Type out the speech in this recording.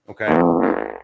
Okay